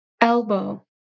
Elbow